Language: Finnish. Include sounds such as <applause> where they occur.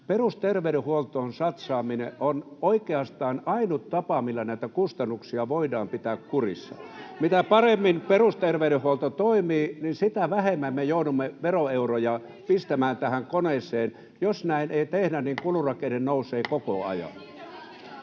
Perusterveydenhuoltoon satsaaminen on oikeastaan ainut tapa, millä näitä kustannuksia voidaan pitää kurissa. [Välihuutoja — Krista Kiuru: Sieltähän leikataan!] Mitä paremmin perusterveydenhuolto toimii, sitä vähemmän me joudumme veroeuroja pistämään tähän koneeseen. <noise> Jos näin ei tehdä, niin kulurakenne nousee koko ajan.